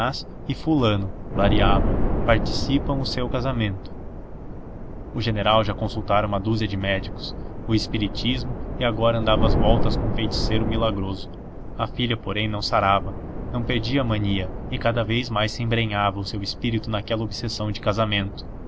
e fulano variava participam o seu casamento o general já consultara uma dúzia de médicos o espiritismo e agora andava às voltas com um feiticeiro milagroso a filha porém não sarava não perdia a mania e cada vez mais se embrenhava o seu espírito naquela obsessão de casamento